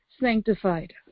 sanctified